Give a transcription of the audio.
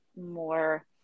more